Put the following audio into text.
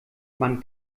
man